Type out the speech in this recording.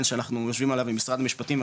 שאנחנו יושבים עליו עם משרד המשפטים,